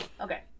okay